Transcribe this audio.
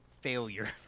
failure